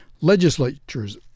legislature's